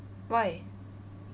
why